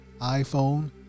iPhone